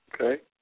okay